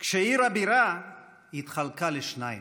כשעיר הבירה התחלקה לשניים.